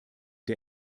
der